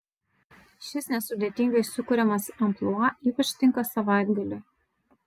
šis nesudėtingai sukuriamas amplua ypač tinka savaitgaliui